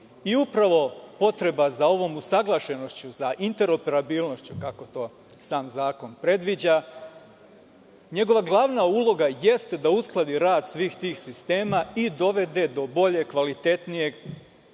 Upravo potreba za ovom usaglašenošću za interoperabilnošću, kako to sam zakon predviđa, njegova glavna uloga jeste da uskladi rad svih tih sistema i dovede do boljeg, kvalitetnijeg